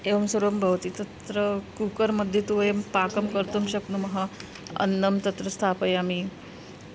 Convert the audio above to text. एवं सर्वं भवति तत्र कुकर् मध्ये तु वयं पाकं कर्तुं शक्नुमः अन्नं तत्र स्थापयामि